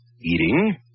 eating